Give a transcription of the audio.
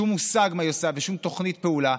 שום מושג מה היא עושה ושום תוכנית פעולה,